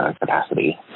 capacity